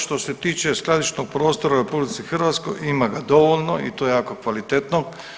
Što se tiče skladišnog prostora u RH ima ga dovoljno i to jako kvalitetnog.